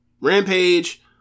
Rampage